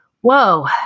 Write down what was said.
whoa